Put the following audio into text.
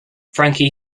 frankie